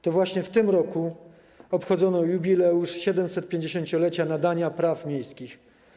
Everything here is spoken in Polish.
To właśnie w tym roku obchodzono jubileusz 750-lecia nadania praw miejskich.